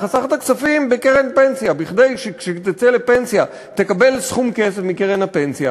חסכת כספים בקרן פנסיה כדי שאם תצא לפנסיה תקבל סכום כסף מקרן הפנסיה,